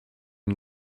une